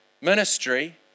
ministry